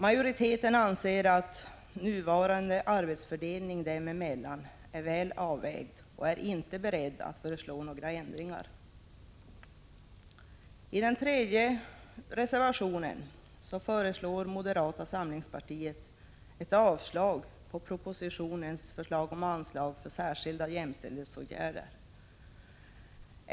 Majoriteten anser att nuvarande arbetsfördelning dem emellan är väl avvägd och är inte beredd att föreslå några ändringar. I den tredje reservationen föreslår moderata samlingspartiet avslag på förslaget i propositionen om anslag för särskilda jämställdhetsåtgärder.